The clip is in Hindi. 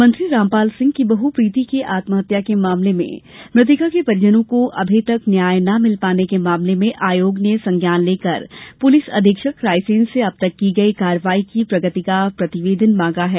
मंत्री रामपाल सिंह की बहू प्रीति के आत्महत्या मामले में मृतिका के परिवार को अभी तक न्याय न मिल पाने के मामले में आयोग ने संज्ञान लेकर पुलिस अधीक्षक रायसेन से अब तक की गई कार्यवाही की प्रगति का प्रतिवेदन मांगा है